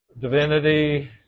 divinity